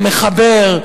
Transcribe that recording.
המחבר,